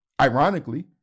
ironically